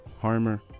harmer